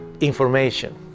information